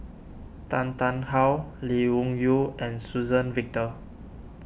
Tan Tarn How Lee Wung Yew and Suzann Victor